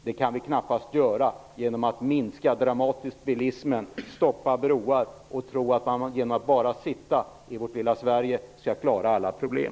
Det kan vi knappast åstadkomma genom att dramatiskt minska bilismen och stoppa broar samtidigt som vi tror att vi bara genom att sitta i vårt lilla Sverige klarar alla problem.